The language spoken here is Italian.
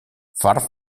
far